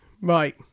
right